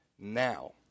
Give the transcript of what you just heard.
now